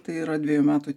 tai yra dvejų metų